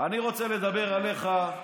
אני רוצה לדבר עליך,